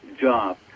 job